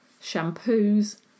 shampoos